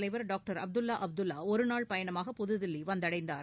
தலைவர் டாக்டர் அப்துல்லா அப்துல்லா ஒரு நாள் பயணமாக புதுதில்லி வந்தடைந்தார்